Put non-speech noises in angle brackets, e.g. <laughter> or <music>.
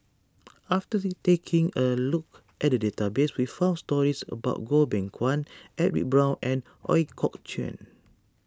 <noise> after taking a look at the database we found stories about Goh Beng Kwan Edwin Brown and Ooi Kok Chuen